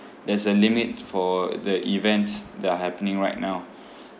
there's a limit for the events that are happening right now